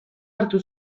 hartu